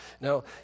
Now